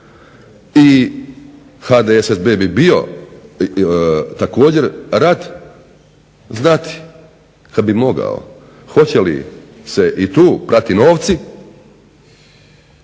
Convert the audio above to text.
i HDSSB bi također bio rad znati kada bi mogao hoće li se i tu prati novci,